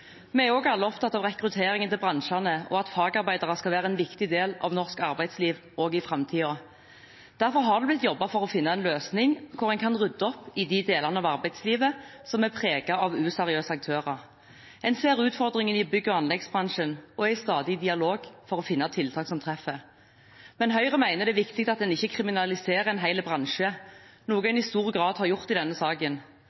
Vi er også alle opptatt av rekrutteringen til bransjene, og at fagarbeidere skal være en viktig del av norsk arbeidsliv også i framtiden. Derfor har det blitt jobbet for å finne en løsning hvor en kan rydde opp i de delene av arbeidslivet som er preget av useriøse aktører. En ser utfordringen i bygg- og anleggsbransjen og er i stadig dialog for å finne tiltak som treffer. Men Høyre mener det er viktig at en ikke kriminaliserer en hel bransje, noe